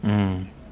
mmhmm